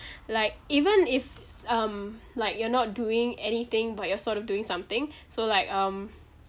like even if um like you're not doing anything but you're sort of doing something so like um